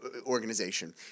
organization